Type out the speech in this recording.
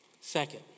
Second